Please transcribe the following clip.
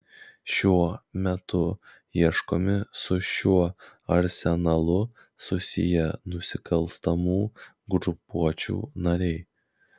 šiuo metu ieškomi su šiuo arsenalu susiję nusikalstamų grupuočių nariai